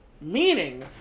Meaning